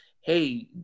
hey